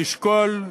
נשקול,